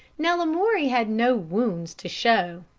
now lamoury had no wounds to show.